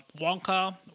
Wonka